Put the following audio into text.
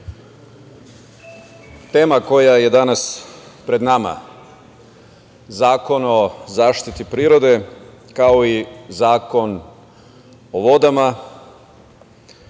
tema koja je danas pred nama Zakon o zaštiti prirode, kao i Zakon o vodama,